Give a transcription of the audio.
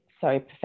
sorry